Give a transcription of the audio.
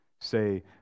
say